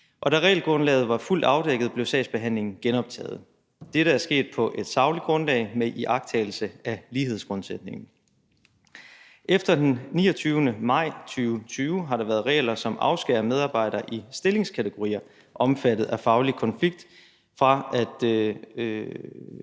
og da regelgrundlaget var fuldt afdækket, blev sagsbehandlingen genoptaget. Dette er sket på et sagligt grundlag med iagttagelse af lighedsgrundsætningen. Efter den 29. maj 2020 har der været regler, som afskærer medarbejdere i stillingskategorier omfattet af faglig konflikt fra at